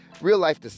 real-life